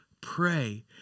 pray